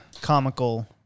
comical